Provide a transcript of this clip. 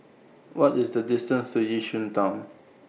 What IS The distance to Yishun Town